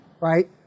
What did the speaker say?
right